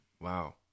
Wow